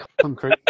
concrete